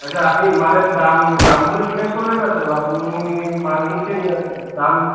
আচ্ছা আপনি মালের দাম দামগুলো জিজ্ঞাসা করলেন না তো আপনি মাল নিচ্ছেন দাম